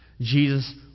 Jesus